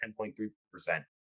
10.3%